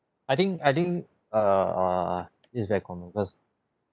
I think I think err err is very common cause